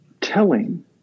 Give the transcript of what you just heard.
telling